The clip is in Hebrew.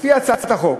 לפי הצעת החוק,